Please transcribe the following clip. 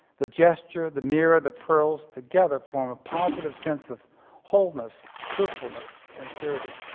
the gesture, the mirror, the pearls together form a positive sense of wholeness, truthfulness, and purity.